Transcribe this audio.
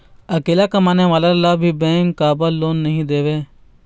अकेला कमाने वाला ला भी बैंक काबर लोन नहीं देवे?